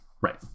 Right